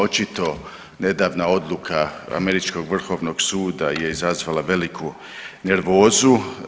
Očito nedavna odluka američkog Vrhovnog suda je izazvala veliku nervozu.